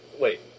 Wait